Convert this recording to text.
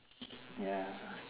ya